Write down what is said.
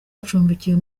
acumbikiwe